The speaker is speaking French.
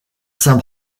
saint